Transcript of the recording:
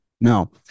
No